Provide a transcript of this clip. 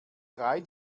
drei